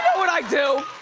what i do.